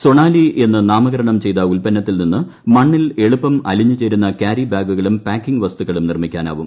സൊണാലി എന്ന് നാമകരണം ചെയ്ത ഉത്പന്നത്തിൽ നിന്ന് മണ്ണിൽ എളുപ്പം അലിഞ്ഞുചേരുന്ന കൃാരി ബാഗുകളും പാക്കിംഗ് വസ്തുക്കളും നിർമ്മിക്കാനാവും